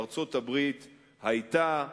ארצות-הברית היתה,